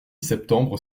septembre